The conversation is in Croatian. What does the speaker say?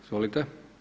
Izvolite.